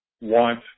want